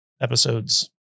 episodes